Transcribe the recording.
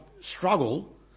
struggle